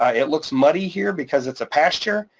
ah it looks muddy here because it's a pasture.